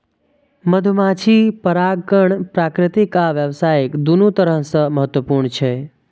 मधुमाछी परागण प्राकृतिक आ व्यावसायिक, दुनू तरह सं महत्वपूर्ण छै